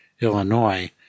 Illinois